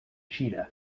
cheetah